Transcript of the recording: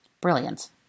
Brilliant